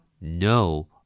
No